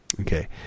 Okay